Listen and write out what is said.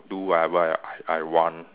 do whatever I I want